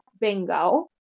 Bingo